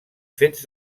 fets